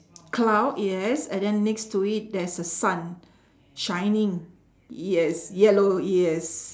cloud yes and then next to it there's a sun shining yes yellow yes